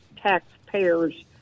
Taxpayers